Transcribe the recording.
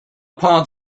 palms